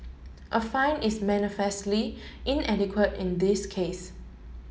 a fine is manifestly inadequate in this case